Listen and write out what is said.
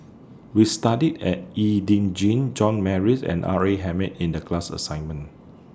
We studied At E Ding John Morrice and R A Hamid in The class assignment